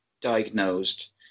diagnosed